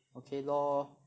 okay lor